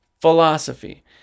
philosophy